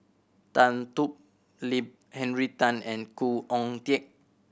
Tan Thoon Lip Henry Tan and Khoo Oon Teik